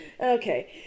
Okay